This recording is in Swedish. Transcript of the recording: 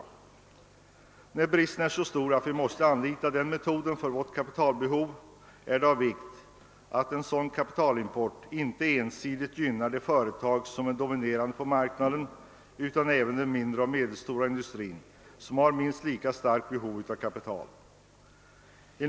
När bristen är så stor att vi måste använda denna metod för att trygga vårt kapitalbehov är det av vikt att kapitalimporten inte ensidigt gynnar de företag som dominerar marknaden. Den mindre och medelstora industrin har ett minst lika stort behov av kapital.